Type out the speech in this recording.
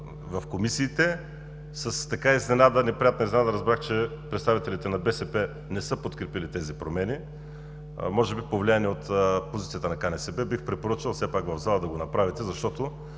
в комисиите. С неприятна изненада разбрах, че представителите на БСП не са подкрепили тези промени. Може би повлияни от позицията на КНСБ. Бих препоръчал, все пак в зала да го направите, защото